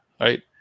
Right